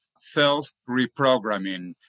self-reprogramming